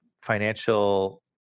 financial